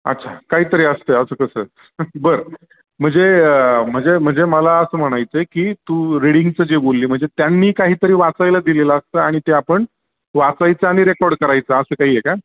अच्छा काहीतरी असतंय असं कसं बर म्हणजे म्हणजे म्हणजे मला असं म्हणायचं आहे की तू रीडिंगचं जे बोलली म्हणजे त्यांनी काहीतरी वाचायला दिलेलं असतं आणि ते आपण वाचायचं आणि रेकॉर्ड करायचं असं काही आहे का